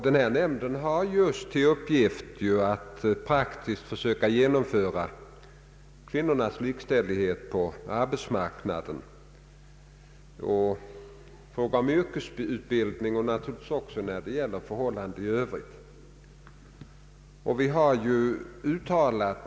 Denna nämnd har just till uppgift att praktiskt försöka genomföra kvinnornas likställighet på arbetsmarknaden samt ta upp frågor om yrkesutbildning och naturligtvis även förhållanden i övrigt.